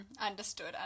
Understood